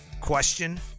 question